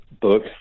book